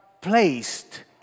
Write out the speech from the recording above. placed